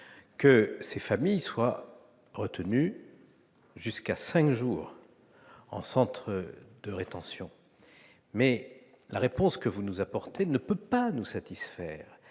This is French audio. que ces familles soient retenues jusqu'à 5 jours en centre de rétention. Mais la réponse que vous nous apportez ne peut nous satisfaire,